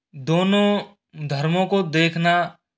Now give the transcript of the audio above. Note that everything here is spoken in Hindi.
दोनों धर्मों को देखना